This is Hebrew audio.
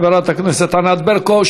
תודה לחברת הכנסת ענת ברקו.